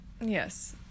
Yes